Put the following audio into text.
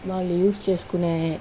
వాళ్ళు యూస్ చేసుకునే